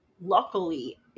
luckily